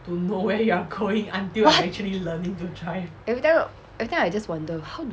what every time every time I just wonder how do